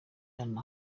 najyaga